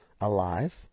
alive